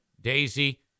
Daisy